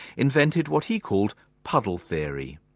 invented what he called puddle theory.